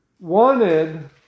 wanted